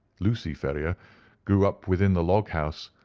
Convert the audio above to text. lucy ferrier grew up within the log-house,